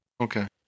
Okay